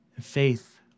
Faith